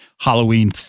Halloween